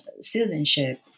citizenship